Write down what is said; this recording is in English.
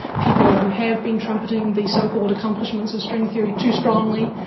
people who have been trumpeting the so-called accomplishments of string theory too strongly.